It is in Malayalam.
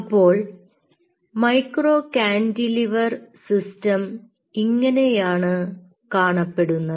അപ്പോൾ മൈക്രോ കാന്റിലിവർ സിസ്റ്റം ഇങ്ങനെയാണ് കാണപ്പെടുന്നത്